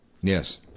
Yes